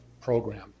program